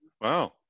Wow